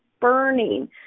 burning